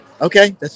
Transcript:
Okay